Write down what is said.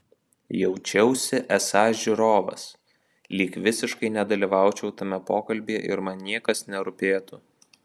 jaučiausi esąs žiūrovas lyg visiškai nedalyvaučiau tame pokalbyje ir man niekas nerūpėtų